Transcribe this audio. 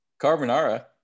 carbonara